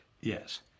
Yes